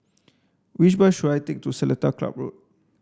which bus should I take to Seletar Club Road